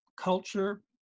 culture